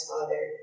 Father